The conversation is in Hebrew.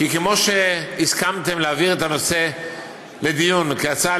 כי כמו שהסכמתם להעביר את הנושא לדיון כהצעה